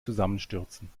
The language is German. zusammenstürzen